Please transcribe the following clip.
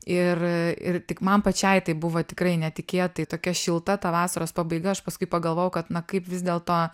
ir ir tik man pačiai tai buvo tikrai netikėtai tokia šilta ta vasaros pabaiga aš paskui pagalvojau kad na kaip vis dėlto